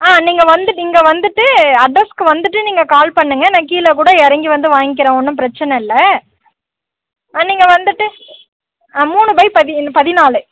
ஆ நீங்கள் வந்து நீங்கள் வந்துவிட்டு அட்ரஸ்க்கு வந்துவிட்டு நீங்கள் கால் பண்ணுங்கள் நான் கீழேகூட இறங்கி வந்து வாங்கிக்கிறேன் ஒன்றும் பிரச்சனை இல்லை நீங்கள் வந்துவிட்டு மூணு பை பதினாலு